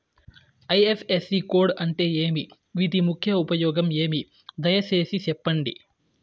IFSC code అంటే ఏమి? వీటి ముఖ్య ఉపయోగం ఏమి? దయసేసి సెప్పండి?